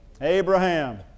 Abraham